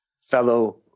Fellow